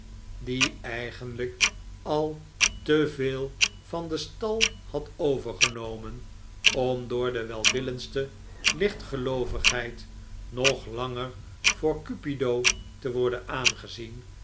die eigenlijk al te veel van den stal had overgenomen om door de welwillendste lichtgeloovigheid nog langer voor cupido te worden aangezien